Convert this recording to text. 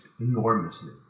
enormously